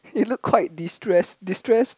it look quite destress destress